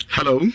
Hello